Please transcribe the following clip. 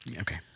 Okay